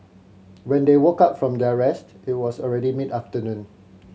when they woke up from their rest it was already mid afternoon